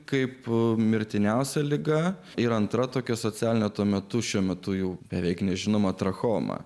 kaip mirtiniausia liga ir antra tokia socialinė tuo metu šiuo metu jau beveik nežinoma trachoma